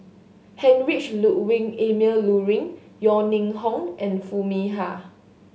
Heinrich Ludwig Emil Luering Yeo Ning Hong and Foo Mee Har